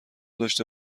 داشته